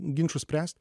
ginčus spręst